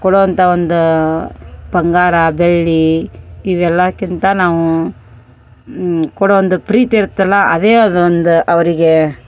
ಕೊಡುವಂತ ಒಂದ ಬಂಗಾರ ಬೆಳ್ಳಿ ಇವೆಲ್ಲಕ್ಕಿಂತ ನಾವು ಕೊಡೊ ಒಂದು ಪ್ರೀತಿ ಇರತ್ತೆ ಅಲ್ಲ ಅದೇ ಅದು ಒಂದು ಅವ್ರಿಗೆ